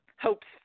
Hope's